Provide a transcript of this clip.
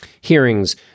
hearings